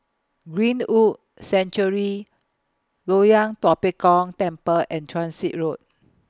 Greenwood Sanctuary Loyang Tua Pek Kong Temple and Transit Road